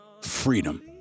freedom